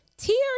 Tears